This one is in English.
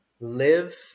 live